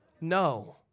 No